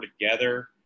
together